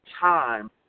time